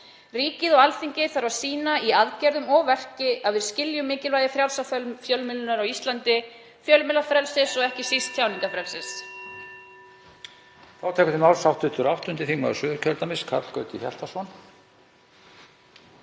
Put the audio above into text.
Ríkið og Alþingi þarf að sýna í aðgerðum og verki að við skiljum mikilvægi frjálsrar fjölmiðlunar á Íslandi, fjölmiðlafrelsis og ekki síst tjáningarfrelsis.